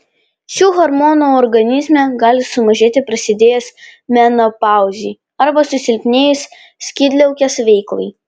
šių hormonų organizme gali sumažėti prasidėjus menopauzei arba susilpnėjus skydliaukės veiklai